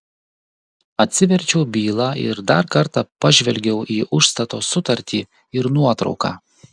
atsiverčiau bylą ir dar kartą pažvelgiau į užstato sutartį ir nuotrauką